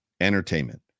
Entertainment